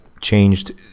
changed